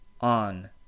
on